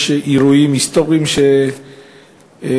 שיש אירועים היסטוריים שאתה,